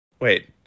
wait